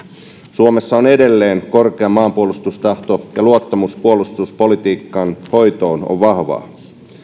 suomessa on edelleen korkea maanpuolustustahto ja luottamus puolustuspolitiikan hoitoon on vahvaa